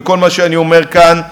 כל מה שאני אומר כאן,